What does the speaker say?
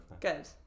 Good